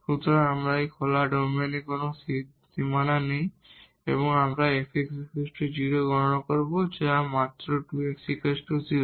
সুতরাং আমাদের এই খোলা ডোমেইনের কোন বাউন্ডারি নেই এবং আমরা fx 0 গণনা করব এবং যা মাত্র 2 x 0